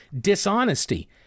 dishonesty